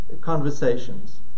conversations